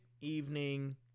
evening